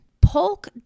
Polk